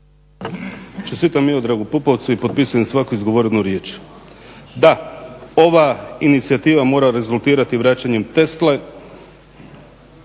Čestitam Miloradu Pupovcu i potpisujem svaku izgovorenu riječ. Da, ova inicijativa mora rezultirati vraćanjem Tesle,